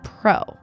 pro